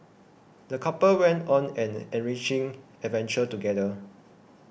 the couple went on an enriching adventure together